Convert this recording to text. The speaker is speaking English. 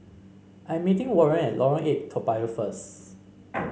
I'm meeting Warren at Lorong Eight Toa Payoh first